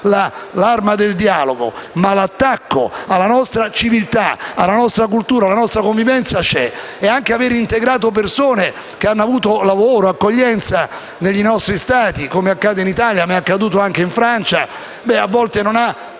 l'arma del dialogo? Ma l'attacco alla nostra civiltà, alla nostra cultura e alla nostra convivenza c'è. E anche il fatto di avere integrato persone che hanno trovato lavoro e accoglienza nei nostri Stati, come accade in Italia ed è accaduto anche in Francia, ebbene, a volte non ha